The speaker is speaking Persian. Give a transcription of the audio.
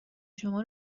شما